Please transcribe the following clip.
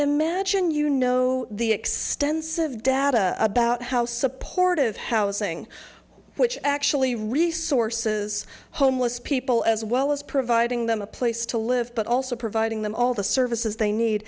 imagine you know the extensive data about how supportive housing which actually resources homeless people as well as providing them a place to live but also providing them all the services they need